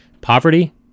Poverty